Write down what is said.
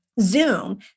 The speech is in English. Zoom